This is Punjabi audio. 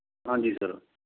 ਹਾਂਜੀ ਸਰ